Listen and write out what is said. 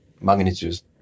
magnitudes